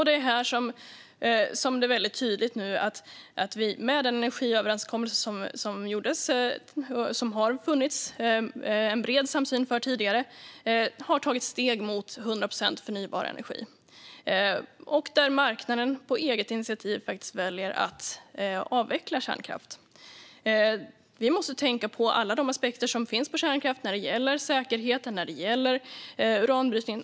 Det är här det nu blir väldigt tydligt att vi, i och med den energiöverenskommelse som gjordes och som det tidigare har funnits en bred samsyn för, har tagit steg mot 100 procent förnybar energi - och att marknaden på eget initiativ faktiskt väljer att avveckla kärnkraft. Vi måste tänka på alla de aspekter som finns på kärnkraft när det gäller säkerheten och när det gäller uranbrytning.